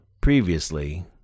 previously